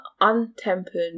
untempered